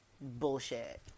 bullshit